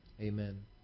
Amen